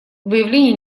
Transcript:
выявление